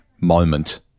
moment